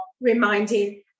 reminding